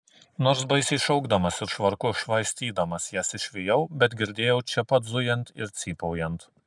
nors baisiai šaukdamas ir švarku švaistydamas jas išvijau bet girdėjau čia pat zujant ir cypaujant